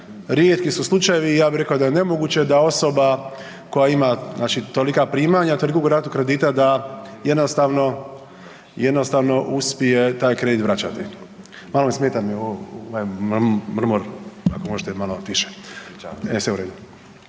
rijetki su slučajevi i ja bi rekao da je nemoguće da osoba koja ima tolika primanja toliku ratu kredita da jednostavno, jednostavno uspije taj kredit vraćati. Malo me smeta ovo, ovaj mrmor, ako možete malo tiše.